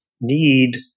need